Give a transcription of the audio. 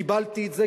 קיבלתי את זה,